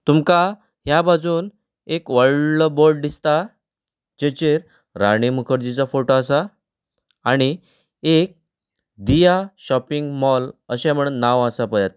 तुमकां ह्या बाजून एक व्हडलो बोर्ड दिसता जाचेर राणी मुखर्जीचो फोटो आसा आनी एक दिया शॉपिंग मॉल अशें म्हणून नांव आसा पळयात